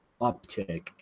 uptick